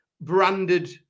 branded